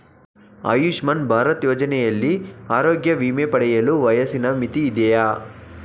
ಆಯುಷ್ಮಾನ್ ಭಾರತ್ ಯೋಜನೆಯಲ್ಲಿ ಆರೋಗ್ಯ ವಿಮೆ ಪಡೆಯಲು ವಯಸ್ಸಿನ ಮಿತಿ ಇದೆಯಾ?